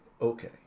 Okay